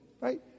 right